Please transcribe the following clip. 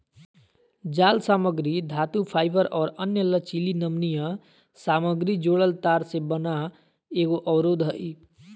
जालसामग्री धातुफाइबर और अन्य लचीली नमनीय सामग्री जोड़ल तार से बना एगो अवरोध हइ